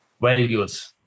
values